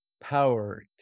power